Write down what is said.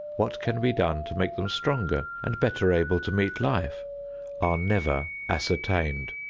what can be done to make them stronger and better able to meet life are never ascertained,